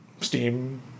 Steam